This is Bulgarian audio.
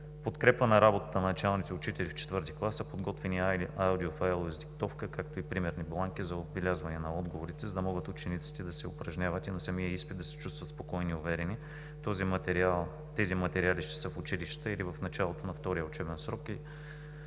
подкрепа на работата на началните учители в ІV клас са подготвени аудиофайлове с диктовка, както и примерни бланки за отбелязване на отговорите, за да могат учениците да се упражняват и на самия изпит да се чувстват спокойни и уверени. Тези материали ще са в училищата, или в началото на втория учебен срок,